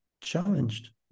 challenged